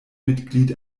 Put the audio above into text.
mitglied